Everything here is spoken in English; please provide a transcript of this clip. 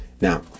Now